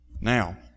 Now